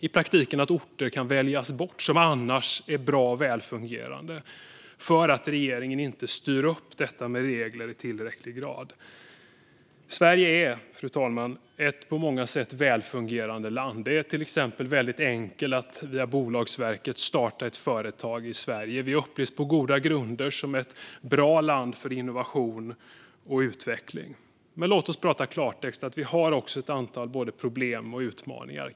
I praktiken kan alltså orter som är bra och välfungerande väljas bort för att regeringen inte styr upp reglerna i tillräcklig grad. Fru talman! Sverige är ett på många sätt välfungerande land. Det är till exempel väldigt enkelt att via Bolagsverket starta ett företag. Vi upplevs på goda grunder som ett bra land för innovation och utveckling. Men låt oss tala klartext. Vi har också ett antal problem och utmaningar.